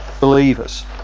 believers